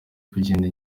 kugenda